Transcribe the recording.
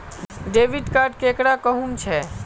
Debit card केकरा कहुम छे?